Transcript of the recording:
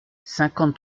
cinquante